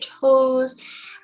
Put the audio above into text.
toes